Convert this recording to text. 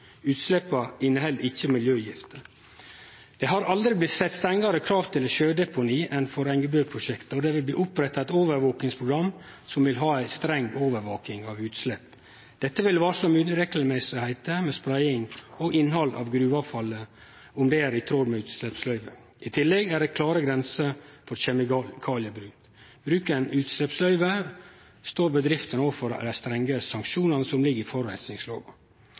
Utsleppa inneheld ikkje miljøgifter. Det har aldri blitt sett strengare krav til eit sjødeponi enn for Engebø-prosjektet, og det vil bli oppretta eit overvakingsprogram som vil ha ei streng overvaking av utslepp. Dette vil varsle om avvik ved spreiing og innhald av gruveavfallet – om det er i tråd med utsleppsløyvet. I tillegg er det klare grenser for kjemikaliebruk. Bryt ein utsleppsløyvet, står bedriftene overfor dei strenge sanksjonane som ligg i